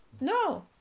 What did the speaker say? no